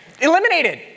eliminated